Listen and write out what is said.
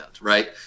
right